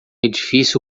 edifício